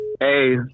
hey